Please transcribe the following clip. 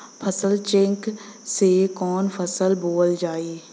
फसल चेकं से कवन फसल बोवल जाई?